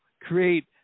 create